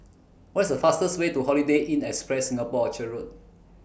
What IS The fastest Way to Holiday Inn Express Singapore Orchard Road